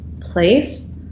place